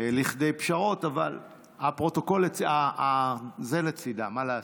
לכדי פשרות, אבל התקנון לצידה, מה לעשות.